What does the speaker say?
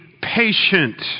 patient